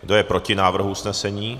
Kdo je proti návrhu usnesení?